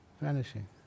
Vanishing